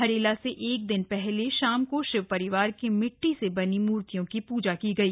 हरेले से एक दिन पहले शाम को शिव परिवार के मिट्टी से बनी मूर्तियों की पूजा की गई